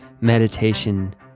meditation